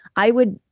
i would,